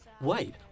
Wait